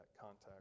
contact